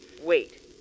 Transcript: Wait